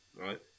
right